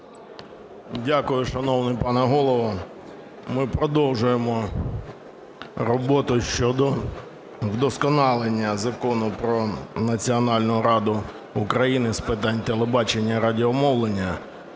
Дякую, шановний пане Голово. Ми продовжуємо роботу щодо вдосконалення Закону "Про Національну раду України з питань телебачення і радіомовлення"